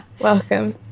Welcome